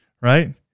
Right